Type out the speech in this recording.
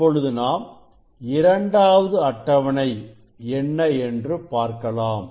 இப்பொழுது நாம் இரண்டாவது அட்டவணை என்ன என்று பார்க்கலாம்